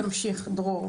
תמשיך דרור,